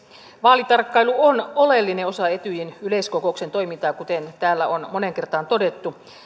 vaalitarkkailu on oleellinen osa etyjin yleiskokouksen toimintaa kuten täällä on moneen kertaan todettu